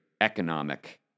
economic